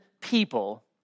people